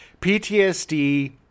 PTSD-